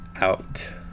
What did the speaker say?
out